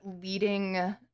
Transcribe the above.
leading